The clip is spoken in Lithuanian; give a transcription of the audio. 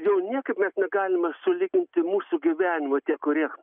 jau niekaip mes negalime sulyginti mūsų gyvenimo tie kurie